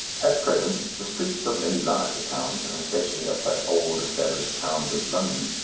at present the streets of many larger towns, and especially of such old-established towns as london,